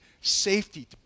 safety